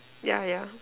yeah yeah